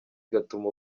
igatuma